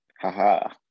Haha